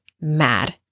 mad